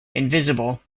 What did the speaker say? invisible